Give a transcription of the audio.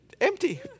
Empty